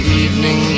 evening